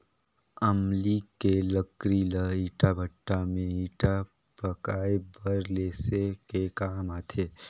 अमली के लकरी ल ईटा भट्ठा में ईटा पकाये बर लेसे के काम आथे